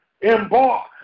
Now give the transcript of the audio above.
embark